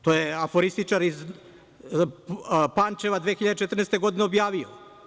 To je aforističar iz Pančeva 2014. godine objavio.